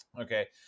Okay